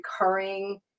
recurring